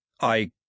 I